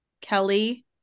Kelly